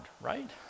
right